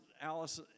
Alice